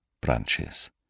branches